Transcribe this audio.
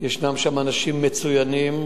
יש שם אנשים מצוינים,